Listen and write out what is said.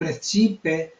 precipe